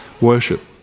worship